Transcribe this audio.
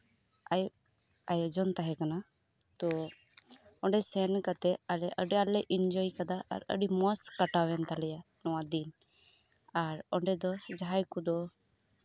ᱟᱭᱳᱡᱚᱱ ᱛᱟᱸᱦᱮ ᱠᱟᱱᱟ ᱚᱱᱰᱮ ᱥᱮᱱ ᱠᱟᱛᱮᱜ ᱟᱞᱮ ᱦᱚᱞᱮ ᱤᱱᱡᱚᱭ ᱠᱟᱫᱟ ᱟᱹᱰᱤ ᱢᱚᱸᱡ ᱠᱟᱴᱟᱣᱮᱱ ᱛᱟᱞᱮᱭᱟ ᱱᱚᱣᱟ ᱫᱤᱱ ᱚᱱᱰᱮ ᱫᱚ ᱡᱟᱸᱦᱟᱭ ᱠᱚᱫᱚ